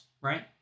right